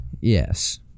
Yes